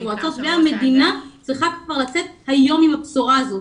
מועצות - והמדינה צריכות לצאת היום עם הבשורה הזאת.